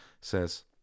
says